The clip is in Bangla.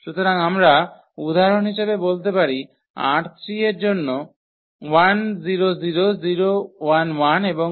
সুতরাং আমরা উদাহরণ হিসাবে বলতে ℝ3 এর জন্য পারি এবং